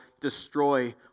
destroy